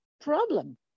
problem